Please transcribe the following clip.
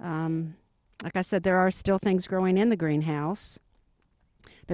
like i said there are still things growing in the greenhouse but